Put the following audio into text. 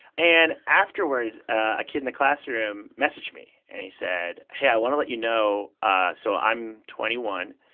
and afterwards, a kid in the classroom messaged me. and he said, hey, i want to let you know ah so i'm twenty one.